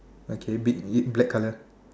okay black colour